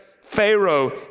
Pharaoh